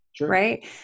right